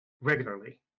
regularly